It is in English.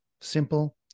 simple